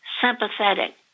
sympathetic